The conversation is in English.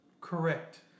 Correct